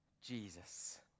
Jesus